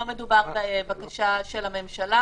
לא מדובר בבקשה של הממשלה.